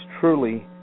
truly